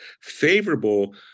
favorable